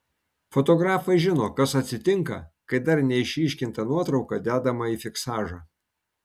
fotografai žino kas atsitinka kai dar neišryškinta nuotrauka dedama į fiksažą